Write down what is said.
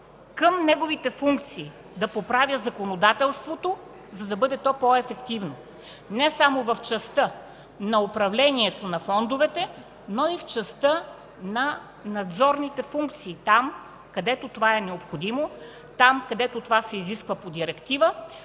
към неговите функции – да поправя законодателството, за да бъде то по-ефективно и не само в частта на управлението на фондовете, но и в частта на надзорните функции и там, където това е необходимо; там, където това се изисква по директива;